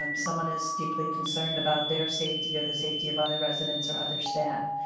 um someone is deeply concerned about their safety or the safety of other residents are other staff.